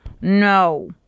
No